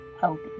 healthy